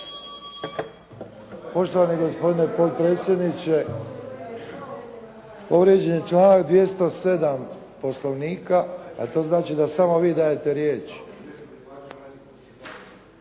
Poštovani gospodine potpredsjedniče, povrijeđen je članak 207. Poslovnika, a to znači da samo vi dajte riječ.